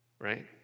right